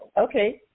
Okay